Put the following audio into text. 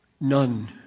none